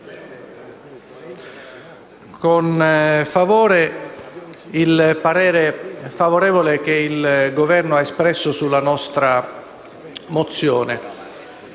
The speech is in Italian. con favore il parere favorevole che il Governo ha espresso sulla nostra mozione.